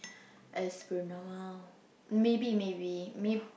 as per normal maybe maybe may